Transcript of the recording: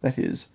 that is,